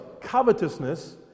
Covetousness